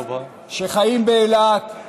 שחיים באילת,